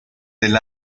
del